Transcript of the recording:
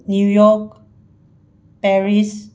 New York Paris